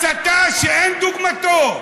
הסתה שאין כדוגמתה,